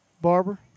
Barber